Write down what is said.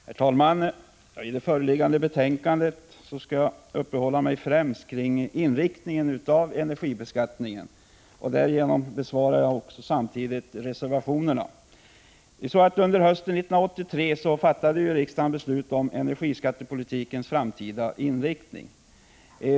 Herr talman! Jag skall bland frågorna i föreliggande betänkande uppehålla mig främst vid inriktningen av energibeskattningen och kommer därvid samtidigt att kommentera reservationerna. Under hösten 1983 fattade riksdagen beslut om energiskattepolitikens framtida inriktning.